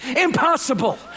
Impossible